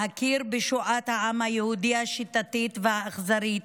להכיר בשואת העם היהודי השיטתית והאכזרית,